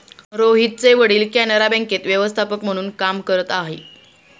रोहितचे वडील कॅनरा बँकेत व्यवस्थापक म्हणून काम करत आहे